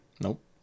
Nope